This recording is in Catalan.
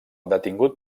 detingut